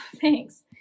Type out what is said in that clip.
Thanks